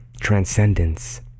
transcendence